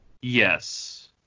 Yes